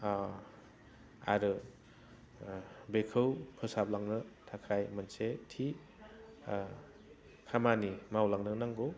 आरो बेखौ फोसाबलांनो थाखाय मोनसे थि खामानि मावलांनो नांगौ